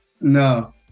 No